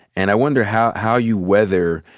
and i wonder how how you weather,